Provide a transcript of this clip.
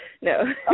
No